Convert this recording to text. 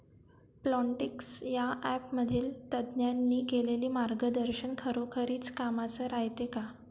Plantix या ॲपमधील तज्ज्ञांनी केलेली मार्गदर्शन खरोखरीच कामाचं रायते का?